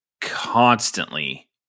constantly